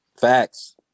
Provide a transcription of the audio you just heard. Facts